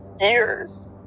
years